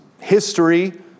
history